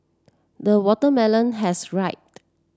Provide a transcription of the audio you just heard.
the watermelon has ripened